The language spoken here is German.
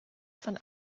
von